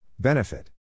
Benefit